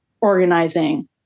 organizing